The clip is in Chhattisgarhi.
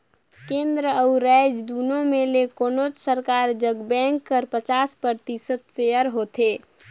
केन्द्र अउ राएज दुनो में ले कोनोच सरकार जग बेंक कर पचास परतिसत सेयर होथे